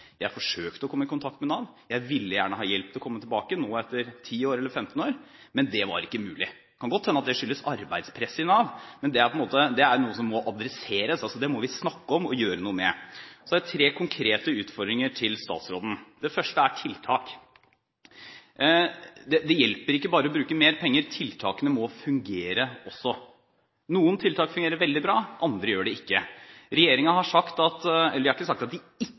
har forsøkt å komme i kontakt med Nav. De ville gjerne ha hjelp til å komme tilbake, etter 10 eller 15 år, men det var ikke mulig. Det kan godt hende at det skyldes arbeidspresset i Nav, men det er noe som må adresseres – det må vi snakke om og gjøre noe med. Så har jeg tre konkrete utfordringer til statsråden. Det første er tiltak. Det hjelper ikke å bare bruke mer penger, tiltakene må også fungere. Noen tiltak fungerer veldig bra – andre gjør det ikke. Regjeringen har ikke sagt at den ikke vil legge frem en stortingsmelding basert på Brofoss-utvalgets utredning, som er en gjennomgang av tiltakene i